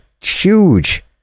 huge